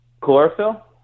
chlorophyll